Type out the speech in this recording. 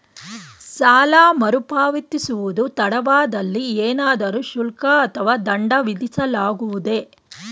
ಸಾಲ ಮರುಪಾವತಿಸುವುದು ತಡವಾದಲ್ಲಿ ಏನಾದರೂ ಶುಲ್ಕ ಅಥವಾ ದಂಡ ವಿಧಿಸಲಾಗುವುದೇ?